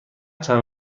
چند